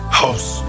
house